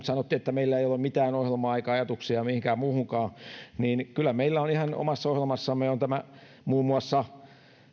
sanottiin että meillä perussuomalaisilla ei ole mitään ohjelmaa eikä ajatuksia mihinkään muuhunkaan niin kyllä meillä on ihan omassa ohjelmassamme että muun muassa